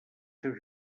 seus